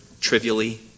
trivially